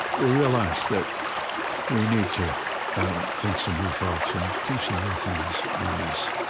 we realize that we need to think some new thoughts and do some new things on this.